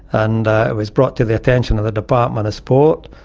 and it was brought to the attention of the department of sport.